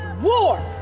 war